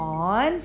on